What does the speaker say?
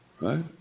Right